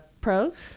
pros